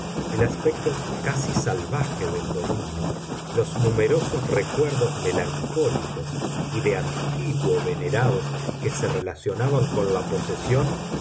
el aspecto casi salvaje del dominio los numerosos recuerdos melancólicos y de antiguo venerados que se relacionaban con la posesión